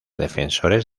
defensores